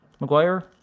McGuire